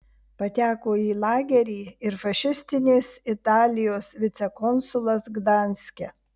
pateko į lagerį ir fašistinės italijos vicekonsulas gdanske